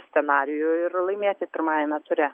scenarijų ir laimėti pirmajame ture